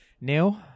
Neil